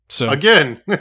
Again